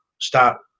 stop